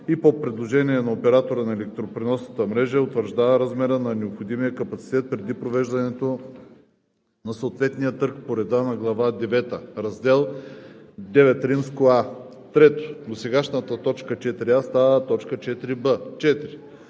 и по предложение на оператора на електропреносната мрежа, утвърждава размера на необходимия капацитет, преди провеждането на съответния търг по реда на глава девета, раздел IXА;“ 3. Досегашната т. 4а става т. 4б.